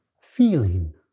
feeling